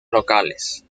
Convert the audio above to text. locales